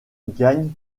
gagnent